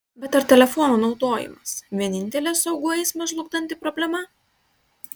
bet ar telefono naudojimas vienintelė saugų eismą žlugdanti problema